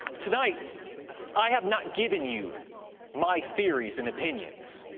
tonight i have not given you my theories and opinions,